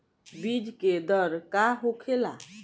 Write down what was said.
बीज के दर का होखेला?